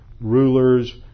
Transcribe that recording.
rulers